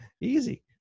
easy